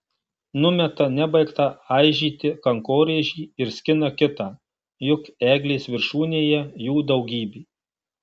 numeta nebaigtą aižyti kankorėžį ir skina kitą juk eglės viršūnėje jų daugybė